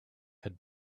had